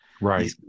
Right